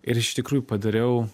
ir iš tikrųjų padariau